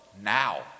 now